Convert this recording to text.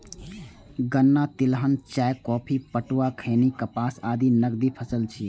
गन्ना, तिलहन, चाय, कॉफी, पटुआ, खैनी, कपास आदि नकदी फसल छियै